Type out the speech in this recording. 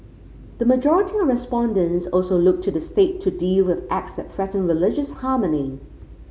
the majority of respondents also looked to the State to deal with acts that threaten religious harmony